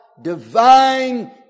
divine